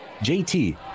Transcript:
JT